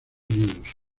unidos